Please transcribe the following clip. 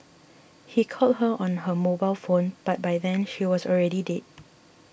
he called her on her mobile phone but by then she was already dead